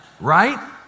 right